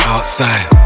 Outside